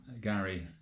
Gary